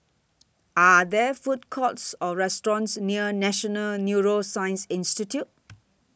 Are There Food Courts Or restaurants near National Neuroscience Institute